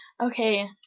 okay